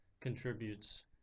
contributes